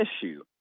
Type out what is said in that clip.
issue